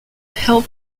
help